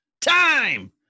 time